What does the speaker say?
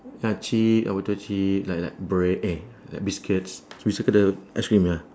ah chi~ uh what the chi~ like like bread eh like biscuits so we circle the ice cream ya